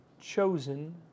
chosen